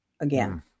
again